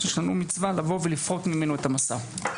יש לנו מצווה לבוא ולפרוק ממנו את המשא.